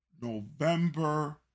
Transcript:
November